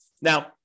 Now